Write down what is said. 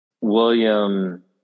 William